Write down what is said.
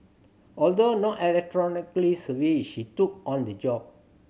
although not electronically savvy she took on the job